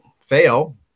fail